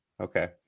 Okay